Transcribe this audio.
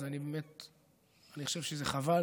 אני חושב שזה חבל,